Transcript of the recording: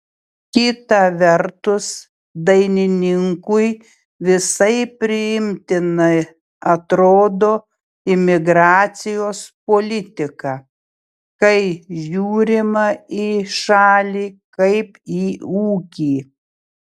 kita vertus dainininkui visai priimtina atrodo imigracijos politika kai žiūrima į šalį kaip į ūkį